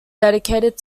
dedicated